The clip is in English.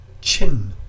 Chin